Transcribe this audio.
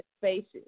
spaces